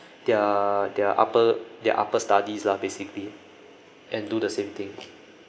their their upper their upper studies lah basically and do the same thing